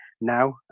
now